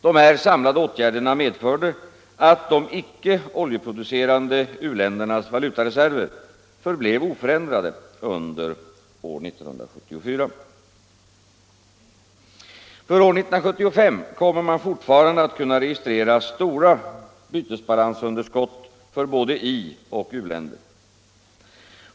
Dessa samlade åtgärder medförde att de icke oljeproducerande u-ländernas valutareserver förblev oförändrade under år 1974. För år 1975 kommer man fortfarande att kunna registrera stora bytesbalansunderskott för både ioch u-länder.